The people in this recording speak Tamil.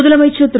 முதலமைச்சர் திரு